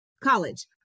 College